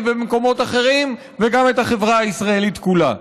ובמקומות אחרים וגם את החברה הישראלית כולה.